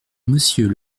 monsieur